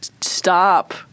stop